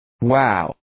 Wow